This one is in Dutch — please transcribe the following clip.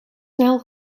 snel